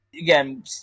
again